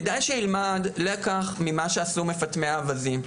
כדאי שילמד לקח ממה שעשו מפטמי האווזים.